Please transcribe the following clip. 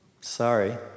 Sorry